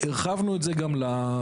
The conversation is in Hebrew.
והרחבנו את זה גם לתמ"א.